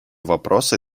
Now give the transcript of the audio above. вопросы